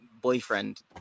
boyfriend